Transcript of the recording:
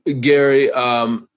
Gary